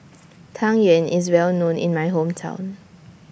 Tang Yuen IS Well known in My Hometown